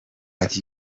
فقط